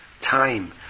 time